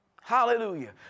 Hallelujah